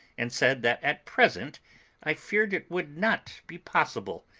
and said that at present i feared it would not be possible,